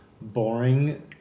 Boring